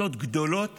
שתדעו שעמותות גדולות